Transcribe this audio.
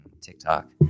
TikTok